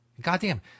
Goddamn